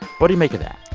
but do you make of that?